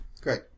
great